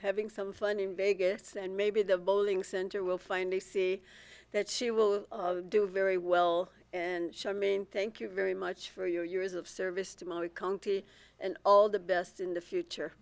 having some fun in vegas and maybe the bowling center will finally see that she will do very well and charmaine thank you very much for your years of service to mo county and all the best in the future